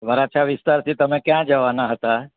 વરાછા વિસ્તારથી તમે ક્યાં જવાના હતા